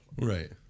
Right